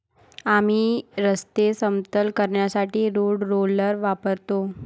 आम्ही रस्ते समतल करण्यासाठी रोड रोलर वापरतो